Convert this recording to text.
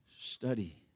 Study